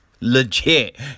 legit